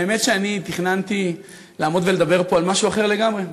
האמת היא שאני תכננתי לעמוד ולדבר פה על משהו אחר לגמרי.